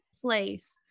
place